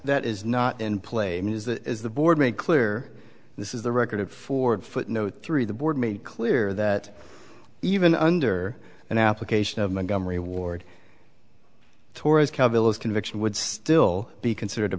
that is not in play music is the board make clear this is the record of ford footnote three the board made clear that even under an application of montgomery ward tori's calculus conviction would still be considered a